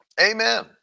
Amen